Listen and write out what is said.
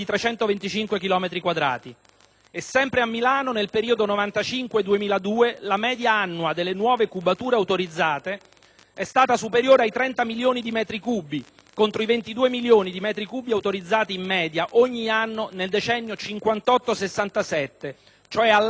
sempre a Milano nel periodo 1995-2002 la media annua delle nuove cubature autorizzate è stata superiore ai 30 milioni di metri cubi, contro i 22 milioni di metri cubi autorizzati in media ogni anno nel decennio 1958-1967, cioè all'apice del *boom* edilizio.